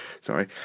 Sorry